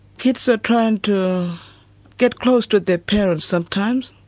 kids are trying to get close to their parents sometimes.